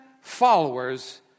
followers